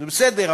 זה בסדר,